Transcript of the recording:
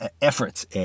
efforts